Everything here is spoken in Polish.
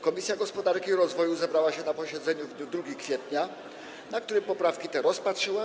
Komisja Gospodarki i Rozwoju zebrała się na posiedzeniu w dniu 2 kwietnia, na którym te poprawki rozpatrzyła.